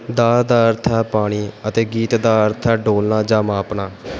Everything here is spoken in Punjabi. ਦਾਅ ਦਾ ਅਰਥ ਹੈ ਪਾਣੀ ਅਤੇ ਗੀਤ ਦਾ ਅਰਥ ਹੈ ਡੋਲ੍ਹਣਾ ਜਾਂ ਮਾਪਣਾ